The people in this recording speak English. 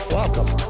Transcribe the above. Welcome